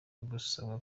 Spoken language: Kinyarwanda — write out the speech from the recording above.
gusabwa